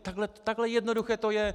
Takhle jednoduché to je.